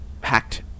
hacked